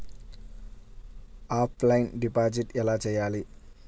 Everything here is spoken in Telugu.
ఆఫ్లైన్ డిపాజిట్ ఎలా చేయాలి?